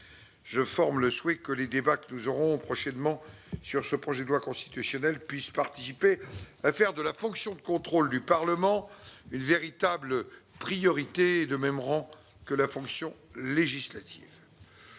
Je forme le souhait que les débats que nous aurons prochainement sur le projet de loi constitutionnelle puissent participer à faire de la fonction de contrôle du Parlement une véritable priorité, de même rang que la fonction législative.